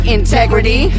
integrity